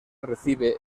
recibe